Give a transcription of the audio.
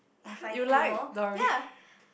you like Dory